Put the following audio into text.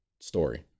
story